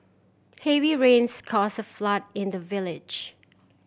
heavy rains caused a flood in the village